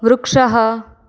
वृक्षः